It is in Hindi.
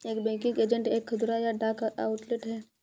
एक बैंकिंग एजेंट एक खुदरा या डाक आउटलेट है